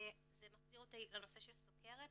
וזה מחזיר אותי לנושא הסוכרת,